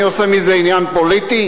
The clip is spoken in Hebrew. אני עושה מזה עניין פוליטי?